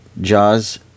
Jaws